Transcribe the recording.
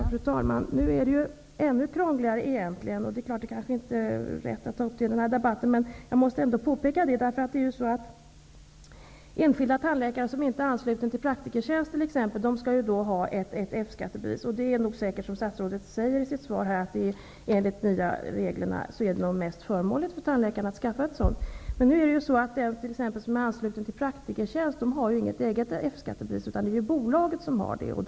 Fru talman! Egentligen är det ändå krångligare, och det är kanske inte riktigt att ta upp det i denna debatt. Men jag måste ändå påpeka det. Enskilda tandläkare som inte är anslutna till Praktikertjänst t.ex. skall ha ett F-skattebevis. Det är nog som statsrådet säger i sitt svar, att det enligt de nya reglerna är mest förmånligt för tandläkarna att skaffa ett sådant. Men de tandläkare som är anslutna till Praktikertjänst har inget eget F skattebevis utan det är bolaget som har det.